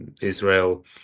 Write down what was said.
Israel